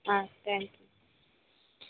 thank you